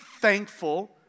thankful